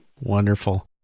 Wonderful